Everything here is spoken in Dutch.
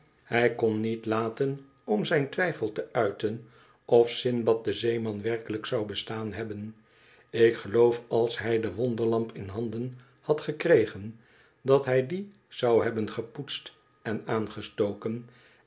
hij kon niet laten om zijn twijfel te uiten of sindbad de zeeman werkelijk zou bestaan hebben ik geloof als hij de wonderlamp in handen had gekregen dat hij die zou hebben gepoetst en aangestoken